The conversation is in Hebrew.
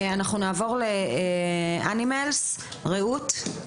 אנחנו נעבור להילה מאנימלס, בבקשה.